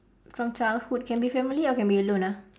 from childhood can be family or can be alone ah